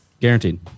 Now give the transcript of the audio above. Guaranteed